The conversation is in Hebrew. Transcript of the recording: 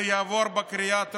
זה יעבור בקריאה הטרומית,